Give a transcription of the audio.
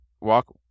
walk